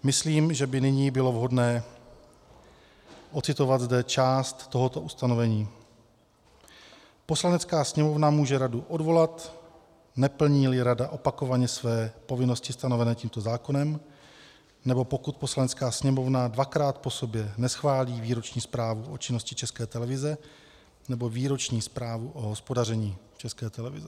Myslím, že by nyní bylo vhodné ocitovat zde část tohoto ustanovení: Poslanecká sněmovna může radu odvolat, neplníli rada opakovaně své povinnosti stanovené tímto zákonem nebo pokud Poslanecká sněmovna dvakrát po sobě neschválí výroční zprávu o činnosti České televize nebo výroční zprávu o hospodaření České televize.